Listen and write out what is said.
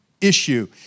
issue